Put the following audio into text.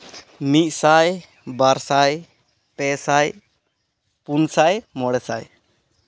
ᱢᱤᱫ ᱥᱟᱭ ᱵᱟᱨ ᱥᱟᱭ ᱯᱮ ᱥᱟᱭ ᱯᱩᱱ ᱥᱟᱭ ᱢᱚᱬᱮ ᱥᱟᱭ